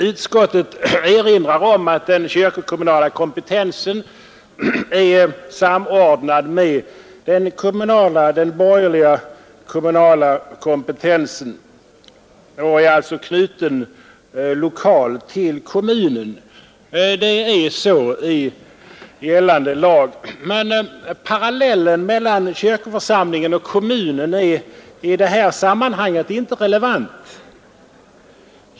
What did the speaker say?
Utskottet erinrar om att den kyrkokommunala kompetensen är samordnad med den borgerliga kommunala kompetensen och alltså knuten lokalt till kommunen. Men parallellen mellan kyrkoförsamlingen och kommunen är i detta sammanhang inte relevant.